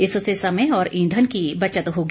इससे समय और ईधन की बचत होगी